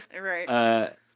Right